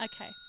Okay